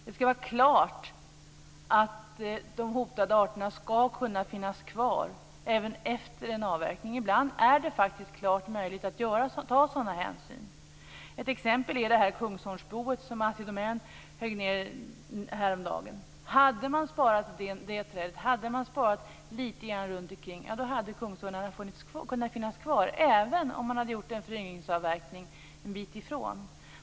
Det skall vara klart att de hotade arterna skall kunna finns kvar även efter en avverkning. Ibland är det faktiskt klart möjligt att ta sådana hänsyn. Ett exempel är det träd med ett kungsörnsbo som Assi Domän högg ned häromdagen. Hade man sparat det trädet och lite runt omkring så hade kungsörnarna kunnat finnas kvar även om man hade gjort en föryngringsavverkning en bit ifrån.